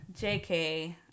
JK